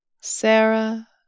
Sarah